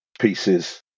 pieces